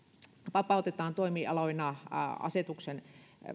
vapautetaan toimialoina asetuksen